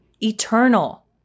eternal